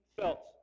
felt